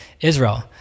Israel